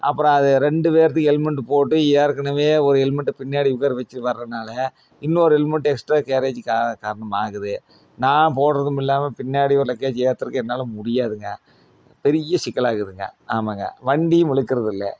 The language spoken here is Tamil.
அப்புறம் அது ரெண்டு பேர்துக்கு ஹெல்மெட் போட்டு ஏற்கனவே ஒரு ஹெல்மெட்டை பின்னாடி உட்கார வச்சு வர்றதனால இன்னொரு ஹெல்மெட் எக்ஸ்ட்ரா கேரேஜ் கா காரணமாகுது நான் போடறதும் இல்லாமல் பின்னாடி ஒரு லக்கேஜ் ஏற்றுறதுக்கு என்னால் முடியாதுங்க பெரிய சிக்கலாகுதுங்க ஆமாங்க வண்டியும் இழுக்கறது இல்லை